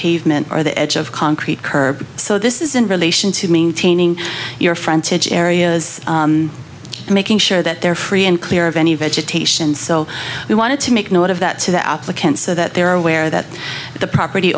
pavement or the edge of concrete curb so this is in relation to maintaining your frontage areas and making sure that they are free and clear of any vegetation so we wanted to make note of that to the applicants so that they are aware that the property